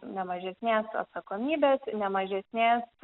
ne mažesnės atsakomybės ne mažesnės